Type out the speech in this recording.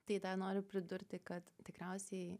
tai dar noriu pridurti kad tikriausiai